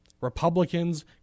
Republicans